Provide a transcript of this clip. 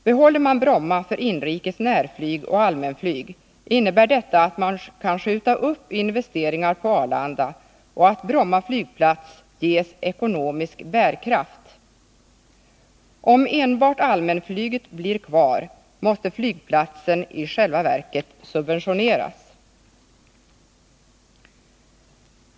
Behåller man Bromma för inrikes närflyg och allmänflyg, innebär detta att man kan skjuta upp investeringar på Arlanda och att Bromma flygplats ges ekonomisk bärkraft. Om enbart allmänflyget blir kvar, måste flygplatsen i själva verket starkt subventioneras.